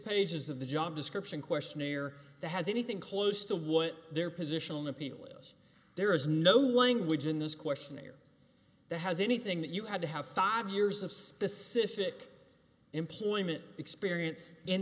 pages of the job description questionnaire that has anything close to what their position on appeal is there is no language in this questionnaire that has anything that you had to have five years of specific employment experience in